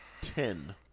Ten